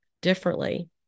differently